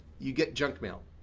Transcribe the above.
you get junk mail.